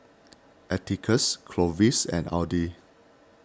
Atticus Clovis and Audy